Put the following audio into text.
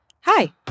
Hi